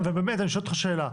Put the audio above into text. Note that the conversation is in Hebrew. ובאמת, אני שואל אותך שאלה.